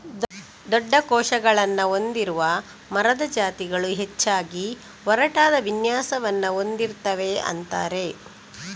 ದೊಡ್ಡ ಕೋಶಗಳನ್ನ ಹೊಂದಿರುವ ಮರದ ಜಾತಿಗಳು ಹೆಚ್ಚಾಗಿ ಒರಟಾದ ವಿನ್ಯಾಸವನ್ನ ಹೊಂದಿರ್ತವೆ ಅಂತಾರೆ